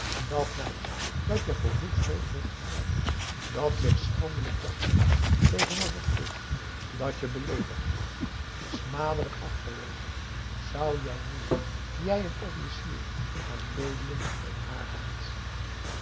dat meisje dat je voor voetveeg heeft gebruikt dat zich schandelijk wegwierp tegenover kees dat je beleedigd heeft smap a daum hoe hij raad van indië werd onder ps maurits delijk afgewezen zou jij nu nog jij n officier gaan bedelen om haar hand